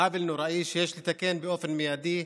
זה עוול נוראי שיש לתקן באופן מיידי,